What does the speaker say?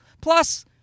Plus